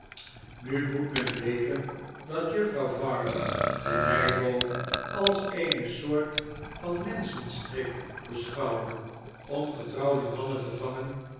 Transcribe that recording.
nu moet men weten dat juffrouw varden de meiboom als eene soort van menschenstrik beschouwde om getrouwde mannen te vangen